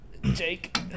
Jake